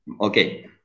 okay